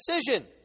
decision